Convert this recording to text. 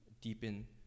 deepen